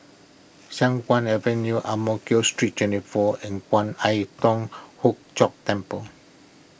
Siang Kuang Avenue Ang Mo Kio Street twenty four and Kwan Im Thong Hood Cho Temple